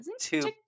two